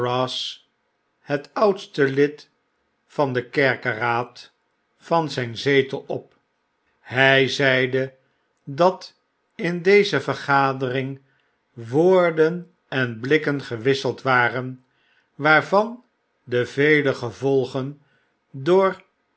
het oudste lid van denker keraad van zyn zetel op hy zeide dat in deze vergadering woorden en blikken gewisseld waren waarvan de vele gevolgen door